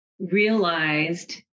realized